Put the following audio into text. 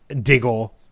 Diggle